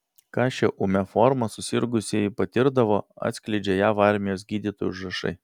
ką šia ūmia forma susirgusieji patirdavo atskleidžia jav armijos gydytojų užrašai